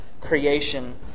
creation